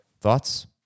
Thoughts